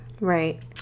Right